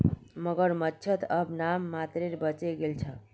मगरमच्छ त अब नाम मात्रेर बचे गेल छ